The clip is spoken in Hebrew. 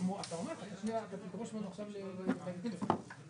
וככל שהתוכנית לא הוגשה על ידי משרד ממשלתי אבל